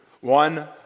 One